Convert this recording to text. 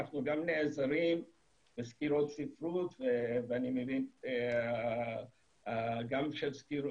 אנחנו גם נעזרים בסקירות ספרות ואני מבין שגם הזכירו